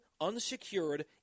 unsecured